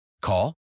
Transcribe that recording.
Call